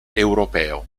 europeo